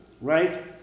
Right